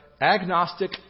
agnostic